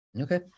Okay